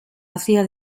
hacía